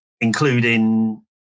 including